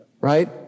Right